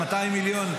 200 מיליון,